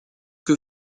que